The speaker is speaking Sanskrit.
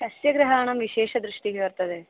कस्य ग्रहाणां विशेषदृष्टिः वर्तते